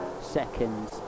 seconds